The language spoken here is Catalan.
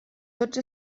tots